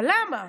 למה?